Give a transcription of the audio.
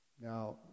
Now